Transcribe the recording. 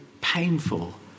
painful